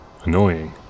annoying